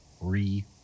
re